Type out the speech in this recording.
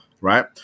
right